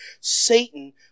Satan